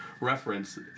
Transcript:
reference